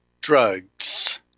drugs